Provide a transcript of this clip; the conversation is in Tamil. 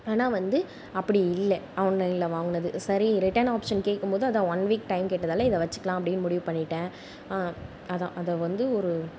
ஆனால் வந்து அப்படி இல்லை ஆன்லைனில் வாங்கினது சரி ரிட்டன் ஆப்ஷன் கேட்கும்போது அதான் ஒன் வீக் டைம் கேட்டதால் இதை வச்சுக்கலாம் அப்படினு முடிவு பண்ணிட்டேன் அதான் அதை வந்து ஒரு